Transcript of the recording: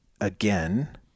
again